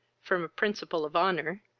from a principle of honour,